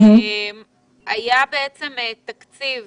היה תקציב